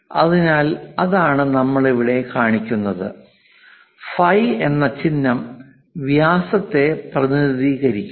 അതിനാൽ അതാണ് നമ്മൾ ഇവിടെ കാണിക്കുന്നത് ഫൈ എന്ന ചിഹ്നം വ്യാസത്തെ പ്രതിനിധീകരിക്കുന്നു